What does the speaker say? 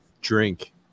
drink